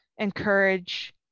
Encourage